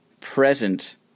present